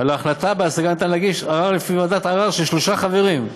על ההחלטה בהשגה ניתן להגיש ערר לפני ועדת ערר של שלושה חברים,